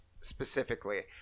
specifically